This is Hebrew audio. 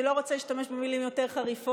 אני לא רוצה להשתמש במילים יותר חריפות,